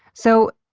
so,